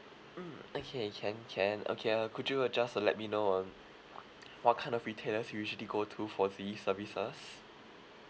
mm okay can can okay uh could you uh just let me know um what kind of retailers you usually go to for these services